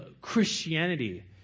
Christianity